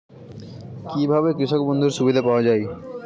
কি ভাবে কৃষক বন্ধুর সুবিধা পাওয়া য়ায়?